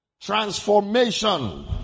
transformation